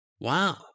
Wow